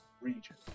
region